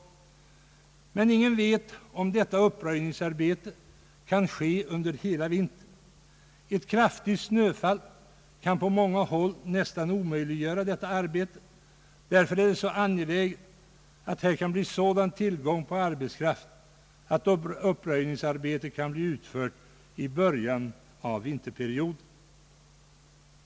Men ingen vet om detta uppröjningsarbete kan ske under hela vintern. Ett kraftigt snöfall kan på många håll nästan omöjliggöra arbetet. Därför är det angeläget att tillgången på arbetskraft blir sådan att uppröjningsarbetet kan bli utfört i början av vinterperioden.